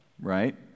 Right